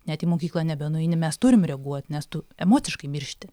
net į mokyklą nebenueini mes turim reaguot nes tu emociškai miršti